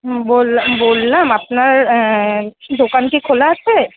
হুম বললাম বললাম আপনার দোকান কি খোলা আছে